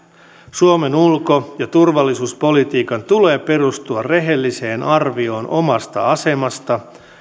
suomen ulko ja turvallisuuspolitiikan tulee perustua rehelliseen arvioon omasta asemasta